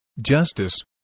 justice